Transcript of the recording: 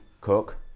cook